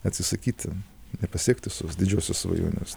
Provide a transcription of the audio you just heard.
atsisakyti ir pasiekti visos didžiosios svajonės